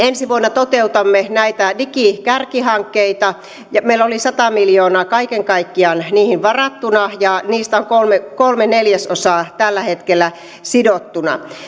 ensi vuonna toteutamme näitä digikärkihankkeita meillä oli sata miljoonaa kaiken kaikkiaan niihin varattuna ja siitä on kolme kolme neljäsosaa tällä hetkellä sidottuna